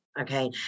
okay